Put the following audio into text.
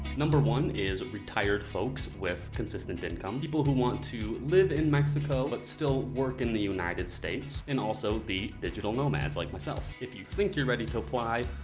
number one is retired folks with consistent income, people who want to live in mexico but still work in the united states, and also the digital nomads like myself. if you think you're ready to apply,